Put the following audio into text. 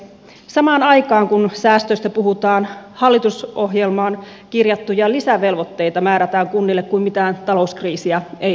samaan aikaan kun säästöistä puhutaan hallitusohjelmaan kirjattuja lisävelvoitteita määrätään kunnille kuin mitään talouskriisiä ei olisikaan